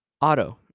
auto